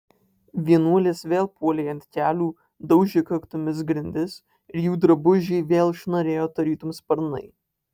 vienuolės vėl puolė ant kelių daužė kaktomis grindis ir jų drabužiai vėl šnarėjo tarytum sparnai